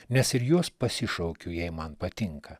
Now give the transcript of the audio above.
nes ir jos pasišaukiu jei man patinka